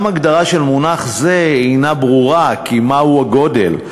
גם הגדרה של מונח זה איזה ברורה, כי מהו הגודל?